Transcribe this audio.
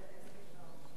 ב-60 יישובים.